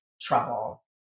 trouble